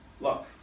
Look